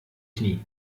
knie